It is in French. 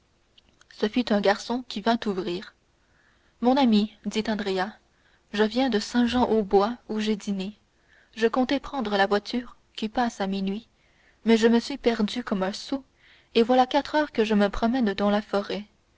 ce fut un garçon qui vint ouvrir mon ami dit andrea je viens de saint jean au bois où j'ai dîné je comptais prendre la voiture qui passe à minuit mais je me suis perdu comme un sot et voilà quatre heures que je me promène dans la forêt